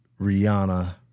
Rihanna